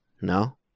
No